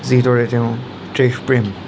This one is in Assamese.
যিদৰে তেওঁ দেশপ্ৰেম